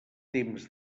temps